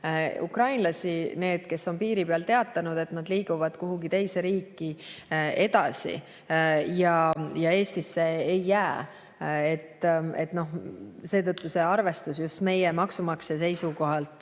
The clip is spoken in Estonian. ukrainlasi, neid, kes on piiri peal teatanud, et nad liiguvad kuhugi teise riiki edasi ja Eestisse ei jää. Seetõttu see arvestus meie maksumaksja seisukohalt